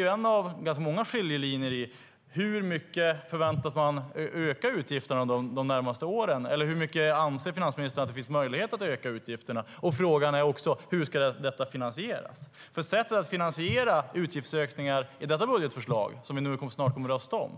är en av ganska många skiljelinjer när det gäller hur mycket man förväntas man öka utgifterna de närmaste åren. Hur mycket anser finansministern att det finns möjlighet att öka utgifterna? Frågan är också hur detta ska finansieras. Sättet att finansiera utgiftsökningar i detta budgetförslag som vi snart kommer att rösta om